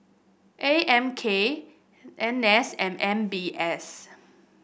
A M K N S and M B S